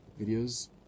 videos